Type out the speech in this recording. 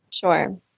Sure